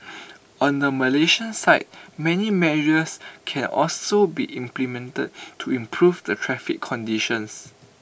on the Malaysian side many measures can also be implemented to improve the traffic conditions